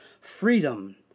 Freedom